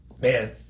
Man